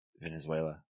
venezuela